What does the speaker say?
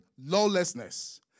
lawlessness